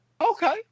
Okay